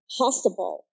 possible